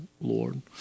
Lord